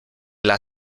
las